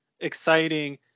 exciting